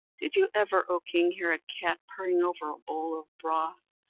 did you ever, o king, hear a cat purring over a bowl of broth,